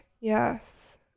yes